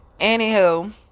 Anywho